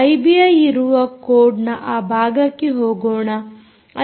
IBI ಇರುವ ಕೋಡ್ನ ಆ ಭಾಗಕ್ಕೆ ಹೋಗೋಣ